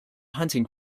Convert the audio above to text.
hunting